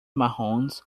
marrons